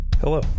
Hello